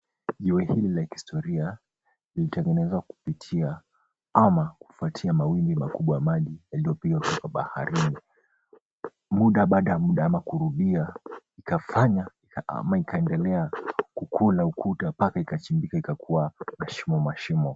Jumba hili la kihistoria likitengezwa kupitia ama kufuatia mawimbi makubwa ya maji yaliyopiga kutoka baharini ,muda baada ya muda au kurudia ikafanya ama ikaendelea kukula ukuta mpaka ikachimbika ikakuwa mashimo mashimo.